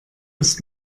ist